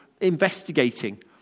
investigating